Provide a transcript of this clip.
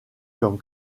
comme